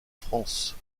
france